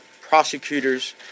prosecutors